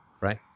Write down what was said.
right